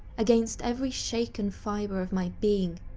against every shaken fiber of my being,